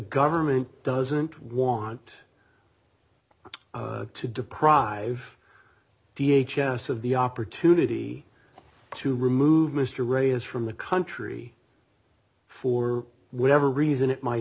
government doesn't want to deprive d h s s of the opportunity to remove mr ray is from the country for whatever reason it might